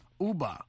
Uber